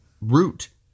root